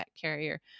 carrier